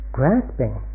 grasping